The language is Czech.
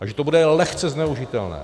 Takže to bude lehce zneužitelné.